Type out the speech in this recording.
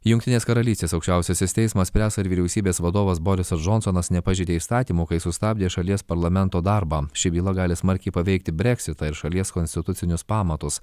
jungtinės karalystės aukščiausiasis teismas spręs ar vyriausybės vadovas borisas džonsonas nepažeidė įstatymų kai sustabdė šalies parlamento darbą ši byla gali smarkiai paveikti breksitą ir šalies konstitucinius pamatus